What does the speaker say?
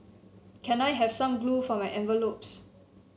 can I have some glue for my envelopes